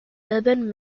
urban